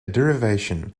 derivation